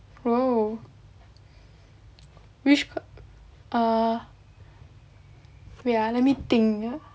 oh which err wait ah let me think ya